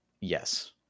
yes